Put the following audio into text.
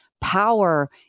power